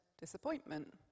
disappointment